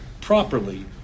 properly